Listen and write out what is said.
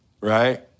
right